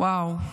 וואו,